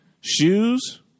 shoes